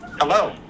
Hello